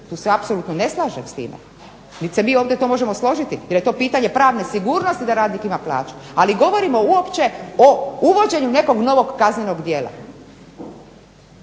Tu se apsolutno ne slažem s time niti se mi ovdje to možemo složiti, jer je to pitanje pravne sigurnosti da radnik ima plaću. Ali govorimo uopće o uvođenju nekog novog kaznenog djela.